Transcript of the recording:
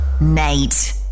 Nate